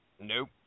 Nope